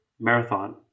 marathon